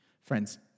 Friends